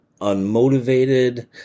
unmotivated